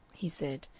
he said,